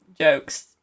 jokes